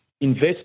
Invest